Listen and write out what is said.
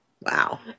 Wow